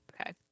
Okay